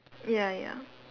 ya ya